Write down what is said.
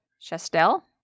Chastel